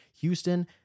Houston